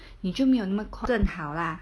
你就没有那么快好啦